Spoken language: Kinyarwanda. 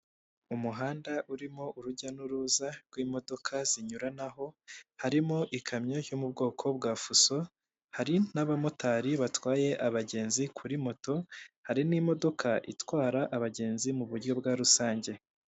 Umuhanda urimo urujya n'uruza rw'imodoka zinyuranaho harimo ikamyo yo mu bwoko bwa fuso, hari n'abamotari batwaye abagenzi kuri moto, hari n'imodoka itwara abagenzi mu buryo bwa rusange.